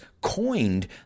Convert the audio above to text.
coined